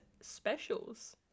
specials